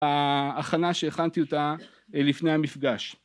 ההכנה שהכנתי אותה לפני המפגש